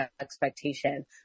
expectation